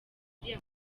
uriya